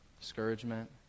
discouragement